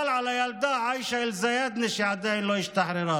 אבל על הילדה עאישה אלזיאדנה, שעדיין לא השתחררה.